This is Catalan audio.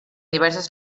diverses